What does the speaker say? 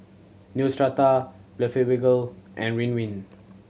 Neostrata Blephagel and Ridwind